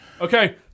Okay